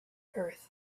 earth